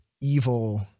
evil